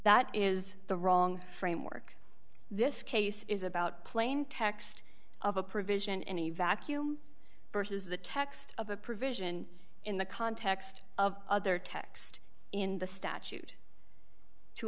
that is the wrong framework this case is about plain text of a provision in a vacuum vs the text of a provision in the context of other text in the statute to